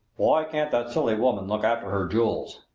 why can't the silly woman look after her jewels?